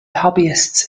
hobbyists